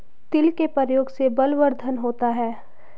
तिल के प्रयोग से बलवर्धन होता है